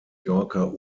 yorker